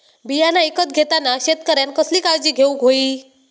बियाणा ईकत घेताना शेतकऱ्यानं कसली काळजी घेऊक होई?